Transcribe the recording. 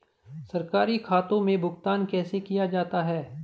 सरकारी खातों में भुगतान कैसे किया जाता है?